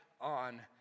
on